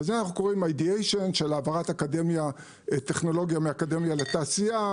וזה אנחנו קוראים ideation של העברת טכנולוגיה מאקדמיה לתעשייה,